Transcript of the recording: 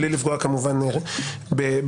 בלי לפגוע כמובן בחברי,